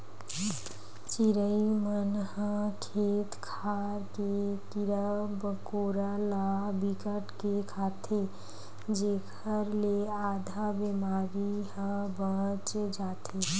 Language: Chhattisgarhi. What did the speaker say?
चिरई मन ह खेत खार के कीरा मकोरा ल बिकट के खाथे जेखर ले आधा बेमारी ह बाच जाथे